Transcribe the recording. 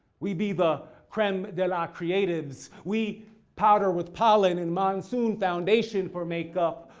we be the creme de la creatives. we powder with pollen and monsoon foundation for makeup.